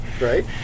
Right